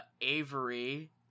Avery